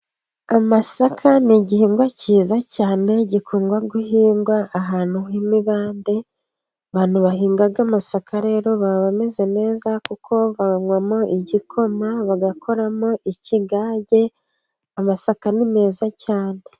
Amasaka ni igihingwa cyiza cyane gikundwa guhingwa ahantu h'imibande, abantu bahinga amasaka rero baba bamezeze neza kuko banywamo igikoma, bagakoramo ikigage amasaka ni meza cyane.